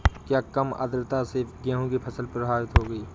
क्या कम आर्द्रता से गेहूँ की फसल प्रभावित होगी?